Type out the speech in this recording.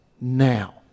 now